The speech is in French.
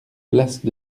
place